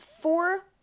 four